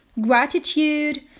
gratitude